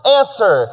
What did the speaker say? answer